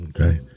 Okay